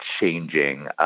changing